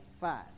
five